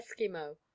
Eskimo